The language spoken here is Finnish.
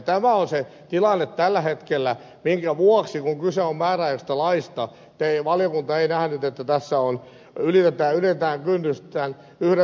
tämä on se tilanne tällä hetkellä minkä vuoksi kun kyse on määräaikaisesta laista valiokunta ei nähnyt että tässä ylitetään kynnys tämän yhdenvertaisuuden näkökulmasta